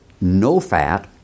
no-fat